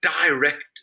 direct